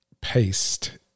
paste